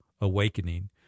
awakening